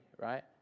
right